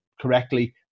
correctly